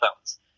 phones